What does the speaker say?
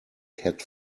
cat